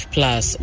Plus